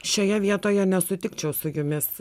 šioje vietoje nesutikčiau su jumis